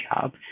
job